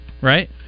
right